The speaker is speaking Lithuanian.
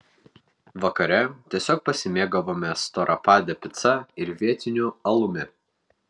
vakare tiesiog pasimėgavome storapade pica ir vietiniu alumi